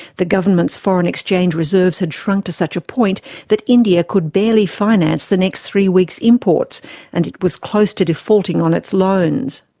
the government's foreign exchange reserves had shrunk to such a point that india could barely finance the next three weeks' imports and it was close to defaulting on its loans.